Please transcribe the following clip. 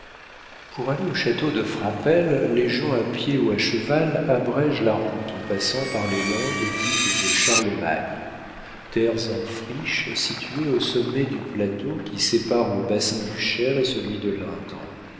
pour aller au château de frapesle les gens à pied ou à cheval abrègent la route en passant par les landes dites de charlemagne terres en friche situées au sommet du plateau qui sépare le bassin du cher et celui de l'indre